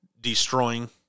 destroying